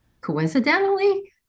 coincidentally